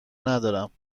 ندارم